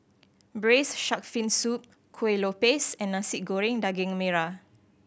Braised Shark Fin Soup Kuih Lopes and Nasi Goreng Daging Merah